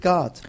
God